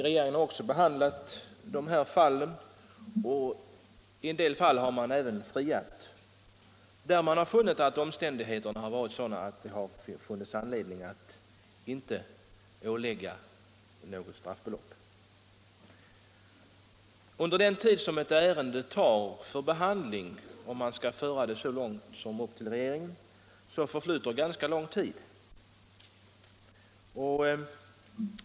Regeringen har också behandlat dessa fall och i en del fall friat där omständigheterna varit sådana att det funnits anledning att inte påföra någon överlastavgift. Innan ett ärende som förs ända upp till regeringen hinner behandlas förflyter ganska lång tid.